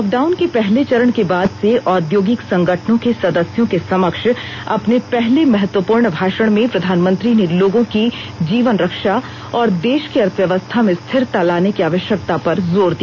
lockdown के पहले चरण के बाद से औदयोगिक संगठनों के सदस्यों के समक्ष अपने पहले महत्वपूर्ण भाषण में प्रधानमंत्री ने लोगों की जीवन रक्षा और देश की अर्थव्यवस्था में स्थिरता लाने की आवश्यकता पर जोर दिया